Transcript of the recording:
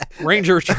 Ranger